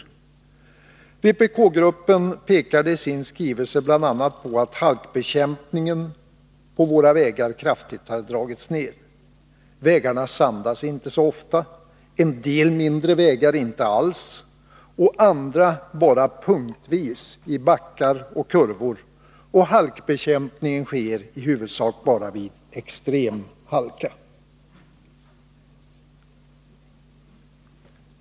Vpk-gruppen pekade i sin skrivelse bl.a. på att halkbekämpningen på våra vägar kraftigt dragits ned. Vägarna sandas inte så ofta, en del mindre vägar inte alls och andra bara punktvis i backar och kurvor, och halkbekämpning sker i huvudsak bara vid extrem halka.